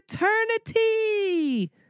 eternity